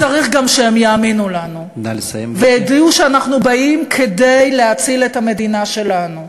וצריך גם שהם יאמינו לנו וידעו שאנחנו באים כדי להציל את המדינה שלנו.